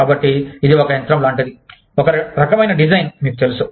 కాబట్టి ఇది ఒక యంత్రం లాంటిది ఒక రకమైన డిజైన్ మీకు తెలుసు